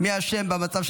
עם כל הכבוד,